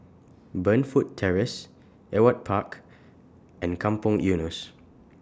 Burnfoot Terrace Ewart Park and Kampong Eunos